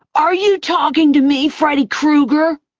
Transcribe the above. are you talking to me, freddie krueger?